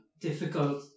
Difficult